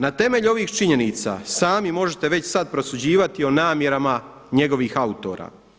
Na temelju ovih činjenica sami možete već sad prosuđivati o namjerama njegovih autora.